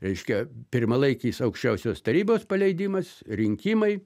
reiškia pirmalaikis aukščiausios tarybos paleidimas rinkimai